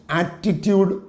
attitude